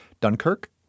Dunkirk